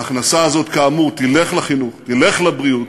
ההכנסה הזאת, כאמור, תלך לחינוך, תלך לבריאות,